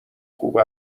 خوب